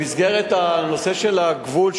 במסגרת הנושא של הגבול,